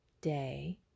day